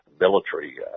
military